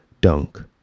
Dunk